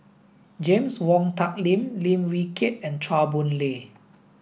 James Wong Tuck Yim Lim Wee Kiak and Chua Boon Lay